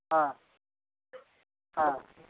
ஆ ஆ